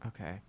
Okay